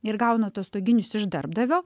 ir gauna atostoginius iš darbdavio